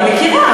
אני מכירה,